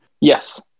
Yes